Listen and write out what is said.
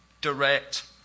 direct